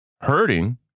hurting